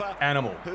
Animal